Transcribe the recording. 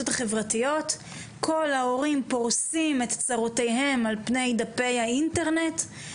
החברתיות שכל ההורים פורסים באינטרנט את צרותיהם,